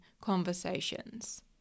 conversations